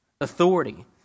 authority